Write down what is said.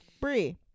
brie